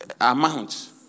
amount